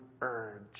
urge